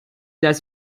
das